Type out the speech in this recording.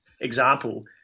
example